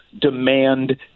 demand